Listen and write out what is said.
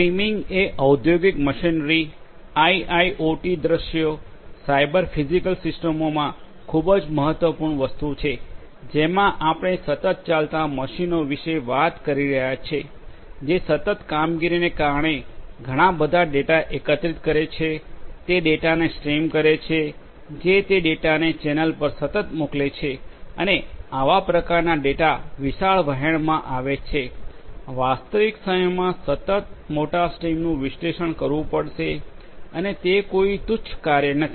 streaming એ ઔદ્યોગિક machinery IoT દૃશ્યો સાયબર ફિઝિકલ સિસ્ટમોમાં ખૂબ જ મહત્વપૂર્ણ વસ્તુ છે જેમાં આપણે સતત ચાલતા મશીનો વિશે વાત કરી રહ્યા છીએ જે સતત કામગીરીને કારણે ઘણાં બધા ડેટા એકત્રિત કરે છે તે ડેટાને સ્ટ્રીમ કરે છે જે તે ડેટાને ચેનલ પર સતત મોકલે છે અને આવા પ્રકારના ડેટા વિશાળ વહેણમાં આવે છે વાસ્તવિક સમયમાં સતત મોટા સ્ટ્રીમ્સનું વિશ્લેષણ કરવું પડશે અને તે કોઈ તુચ્છ કાર્ય નથી